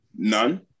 none